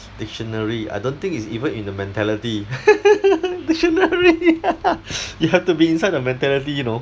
dictionary I don't think it's even in the mentality they shouldn't be you have to be inside the mentality you know